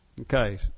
Okay